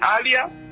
earlier